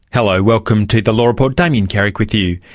hello, welcome to the law report, damien carrick with you.